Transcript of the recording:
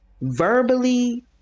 verbally